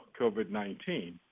COVID-19